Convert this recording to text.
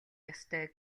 ёстой